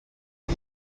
una